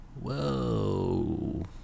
Whoa